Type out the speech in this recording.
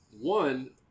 One